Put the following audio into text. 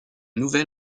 nouvel